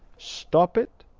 stop it,